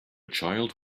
child